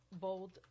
bold